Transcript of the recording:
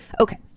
Okay